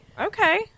okay